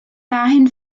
dahin